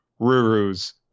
Ruru's